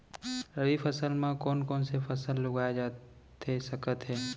रबि फसल म कोन कोन से फसल उगाए जाथे सकत हे?